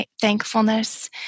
thankfulness